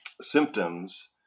symptoms